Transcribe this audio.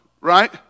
right